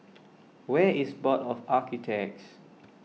where is Board of Architects